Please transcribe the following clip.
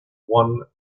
one